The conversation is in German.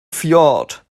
fjord